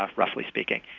ah roughly speaking.